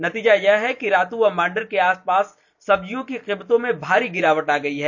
नतीजा यह है कि रातू व मांडर के आसपास की कीमतों में भारी गिरावट आ गई है